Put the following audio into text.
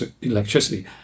electricity